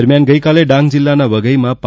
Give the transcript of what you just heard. દરમિયાન ગઇકાલે ડાંગ જિલ્લાના વધઇમાં પ